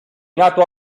nato